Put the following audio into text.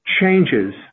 changes